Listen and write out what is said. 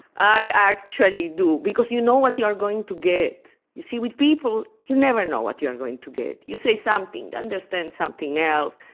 i actually do, because you know what you're going to get. you see, with people, you never know what you're going to get. you say something, they understand something else.